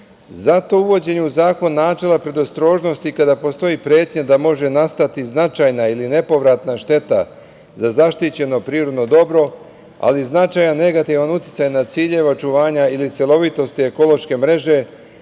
Zato uvođenje u zakon načela predostrožnosti, kada postoji pretnja da može nastati značajna ili nepovratna šteta za zaštićeno prirodno dobro, ali i značajan negativan uticaj na ciljeve očuvanja ili celovitosti ekološke mreže,